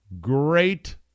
Great